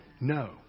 No